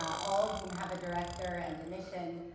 all whom have a director and a mission,